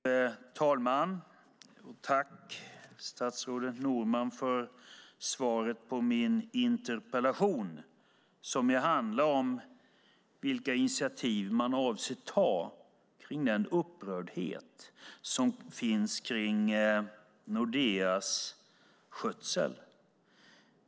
Fru talman! Tack, statsrådet Norman, för svaret på min interpellation! Den handlar om vilka initiativ man avser att ta vad gäller den upprördhet som finns om Nordeas skötsel.